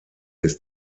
ist